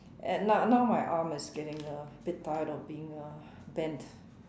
and now now my arm is getting a bit tired from being uh bent